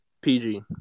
PG